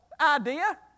idea